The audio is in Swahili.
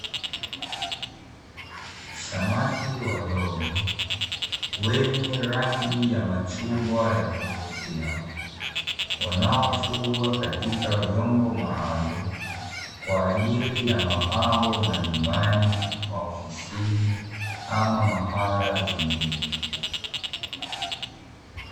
Samaki wadogo wenye rangi ya machungwa ya kuvutia, wanaofugwa katika vyombo maalumu kwa ajili ya mapambo majumbani, maofisini ama mahala zingine.